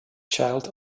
child